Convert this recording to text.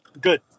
Good